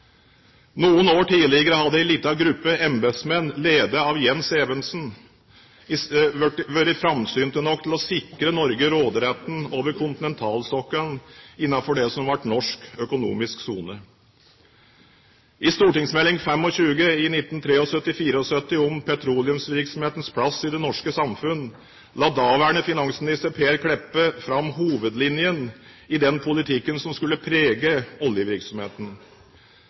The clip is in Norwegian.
Noen år tidligere hadde en liten gruppe embetsmenn, ledet av Jens Evensen, vært framsynt nok til å sikre Norge råderetten over kontinentalsokkelen innenfor det som ble norsk økonomisk sone. I St.meld. nr. 25 for 1973–74 Petroleumsvirksomhetens plass i det norske samfunn la daværende finansminister Per Kleppe fram hovedlinjene i den politikken som skulle prege oljevirksomheten.